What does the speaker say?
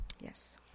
Yes